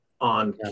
on